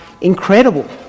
incredible